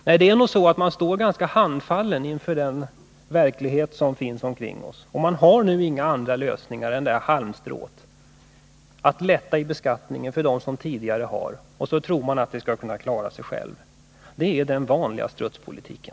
Nej, det är nog så, att man står ganska handfallen inför den verklighet som finns omkring oss. Man har nu inga andra lösningar än detta halmstrå att lätta beskattningen för aktieägarna för att därmed ge åt dem som redan har. Och sedan tror man att det hela skall klara sig av sig självt. Det är den vanliga strutspolitiken.